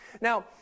Now